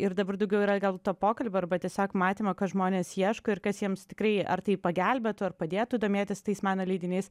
ir dabar daugiau yra gal to pokalbio arba tiesiog matymo kad žmonės ieško ir kas jiems tikrai ar tai pagelbėtų ar padėtų domėtis tais meno leidiniais